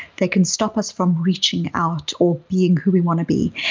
they can stop us from reaching out or being who we want to be,